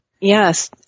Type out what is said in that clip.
Yes